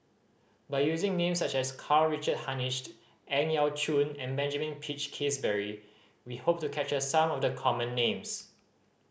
by using names such as Karl Richard Hanitsch Ang Yau Choon and Benjamin Peach Keasberry we hope to capture some of the common names